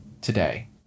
today